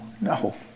no